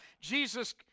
Jesus